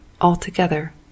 altogether